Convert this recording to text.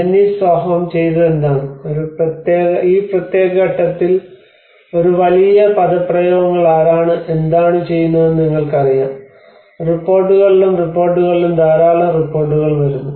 Jenny സൊഹോം ചെയ്തതെന്താണ് ഈ പ്രത്യേക ഘട്ടത്തിൽ ഒരു വലിയ പദപ്രയോഗങ്ങൾ ആരാണ് എന്താണ് ചെയ്യുന്നതെന്ന് നിങ്ങൾക്കറിയാം റിപ്പോർട്ടുകളിലും റിപ്പോർട്ടുകളിലും ധാരാളം റിപ്പോർട്ടുകൾ വരുന്നു